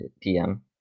PM